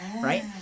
right